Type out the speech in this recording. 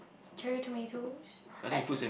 cherry tomatoes I